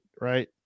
right